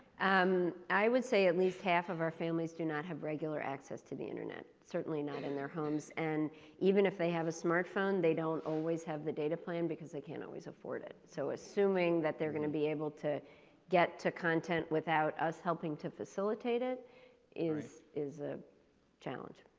and i would say at least half of our families do not have regular access to the internet, certainly not in their homes. and even if they have a smartphone, they don't always have the data plan because they can't always afford it. so, assuming that they're going to be able to get to content without us helping to facilitate it is is a challenge.